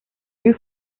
this